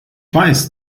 weiß